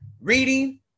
reading